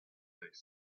faced